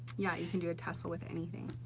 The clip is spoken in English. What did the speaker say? yeah you can do a tassle with anything.